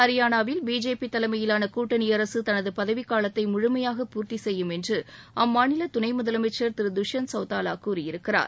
ஹரியானாவில் பிஜேபி தலைமையிலான கூட்டணி அரசு தனது பதவி காலத்தை முழுமையாக பூர்த்தி செய்யும் என்று அம்மாநில துணை முதலமைச்சா் திரு துஷ்யந்த் சவுத்தாலா கூறியிருக்கிறார்